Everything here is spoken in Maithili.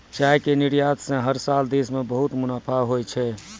चाय के निर्यात स हर साल देश कॅ बहुत मुनाफा होय छै